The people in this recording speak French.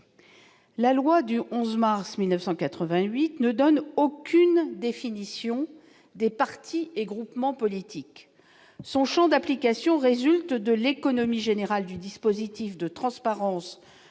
La loi du 11 mars 1988 ne donne aucune définition des partis et groupements politiques. Son champ d'application résulte de l'économie générale du dispositif de transparence